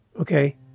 Okay